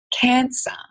cancer